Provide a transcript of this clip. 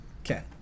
Okay